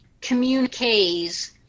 communiques